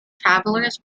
travelers